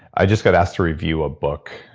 i just got asked to review a book.